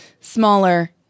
smaller